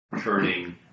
turning